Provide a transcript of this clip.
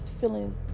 feeling